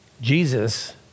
Jesus